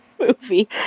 movie